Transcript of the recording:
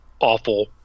awful